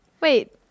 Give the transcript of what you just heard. Wait